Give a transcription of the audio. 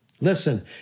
Listen